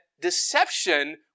deception